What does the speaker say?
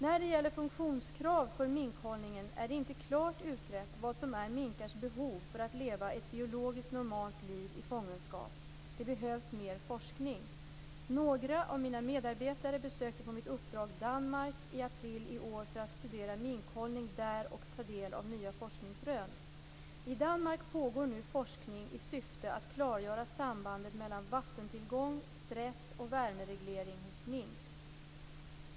När det gäller funktionskrav för minkhållningen är det inte klart utrett vad som är minkars behov för att leva ett biologiskt normalt liv i fångenskap. Det behövs mer forskning. Några av mina medarbetare besökte på mitt uppdrag Danmark i april i år för att studera minkhållning där och ta del av nya forskningsrön. I Danmark pågår nu forskning i syfte att klargöra sambandet mellan vattentillgång, stress och värmereglering hos mink.